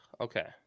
Okay